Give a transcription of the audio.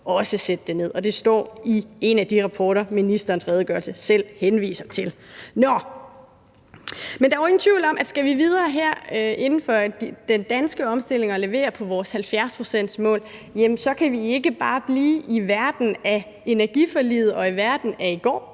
vi hiver op. Det står i en af de rapporter, ministerens redegørelse selv henviser til. Der er jo ingen tvivl om, at skal vi videre her inden for den danske omstilling og levere på vores 70-procentsmål, kan vi ikke bare blive i verden af energiforliget og i verden af i går.